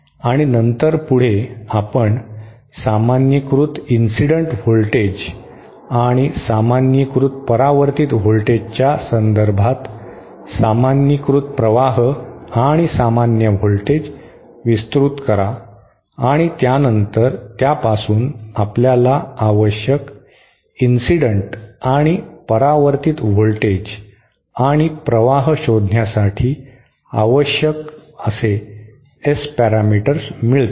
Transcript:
आणि नंतर पुढे आपण सामान्यीकृत इन्सिडेंट व्होल्टेज आणि सामान्यीकृत परावर्तीत व्होल्टेजच्या संदर्भात सामान्यीकृत प्रवाह आणि सामान्य व्होल्टेज विस्तृत करा आणि त्यानंतर त्यापासून आपल्याला आवश्यक इन्सिडेंट आणि परावर्तीत व्होल्टेज आणि प्रवाह शोधण्यासाठी आवश्यक S पॅरामीटर्स मिळतील